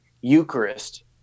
Eucharist